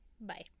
Bye